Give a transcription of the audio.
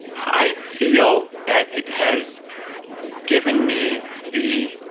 i feel that it has given me the